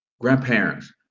Grandparents